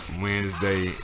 Wednesday